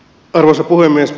arvoisa puhemies